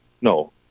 No